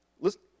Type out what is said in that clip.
Listen